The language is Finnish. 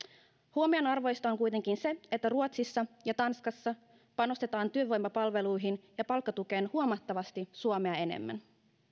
huomionarvoista on kuitenkin se että ruotsissa ja tanskassa panostetaan työvoimapalveluihin ja palkkatukeen huomattavasti suomea enemmän